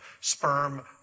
sperm